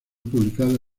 publicada